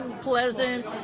Pleasant